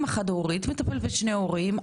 אם חד הורית מטפלת בשני הורים,